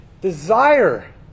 desire